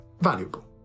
valuable